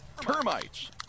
Termites